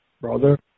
brother